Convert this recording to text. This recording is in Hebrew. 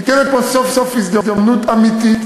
ניתנת פה סוף-סוף הזדמנות אמיתית